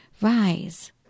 Rise